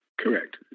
Correct